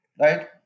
right